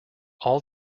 all